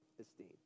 esteem